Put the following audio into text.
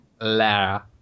Lara